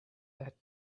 that